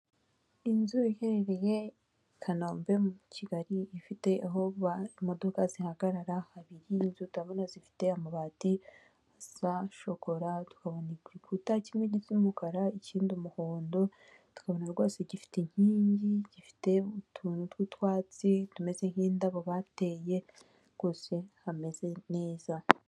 Inzu iherereye i Kanombe muri Kigali ifite aho imodoka zihagarara habiri, inzu ndabona zifite amabati aza shokora tukabo igikuta kimwe cy'umukara ikindi umuhondo, tukabona rwose gifite inkingi gifite utuntu tw'utwatsi tumeze nk'indabo bateye rwose hameze neza.